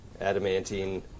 adamantine